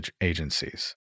agencies